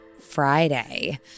Friday